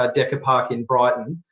ah decker park in brighton,